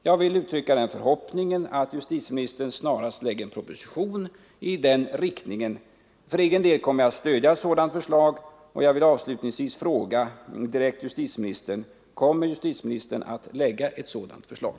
Jag vill uttrycka förhoppningen att justitieministern snarast framlägger en proposition i den riktningen. För egen del kommer jag att stödja ett sådant förslag.